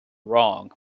wrong